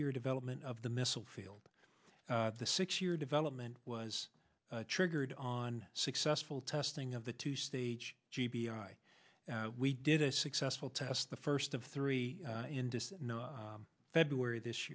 year development of the missile field the six year development was triggered on successful testing of the two stage g b i we did a successful test the first of three in this february this